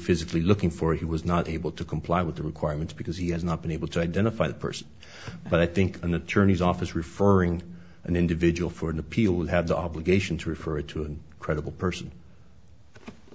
physically looking for he was not able to comply with the requirements because he has not been able to identify the person but i think an attorney's office referring an individual for an appeal will have the obligation to refer it to a credible person